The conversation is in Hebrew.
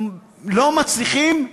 לא מצליחים.